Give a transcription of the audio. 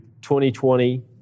2020